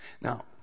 Now